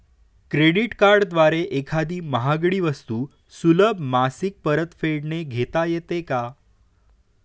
Credit कार्डद्वारे एखादी महागडी वस्तू सुलभ मासिक परतफेडने घेता येते का?